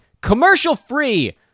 commercial-free